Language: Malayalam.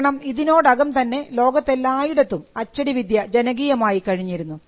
കാരണം ഇതിനോടകം തന്നെ ലോകത്തെല്ലായിടത്തും അച്ചടിവിദ്യ ജനകീയമായി കഴിഞ്ഞിരുന്നു